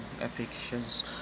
affections